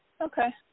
Okay